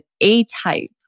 A-type